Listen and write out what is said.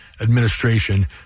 administration